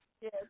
Yes